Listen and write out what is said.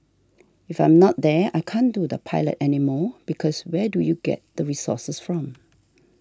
if I'm not there I can't do the pilot anymore because where do you get the resources from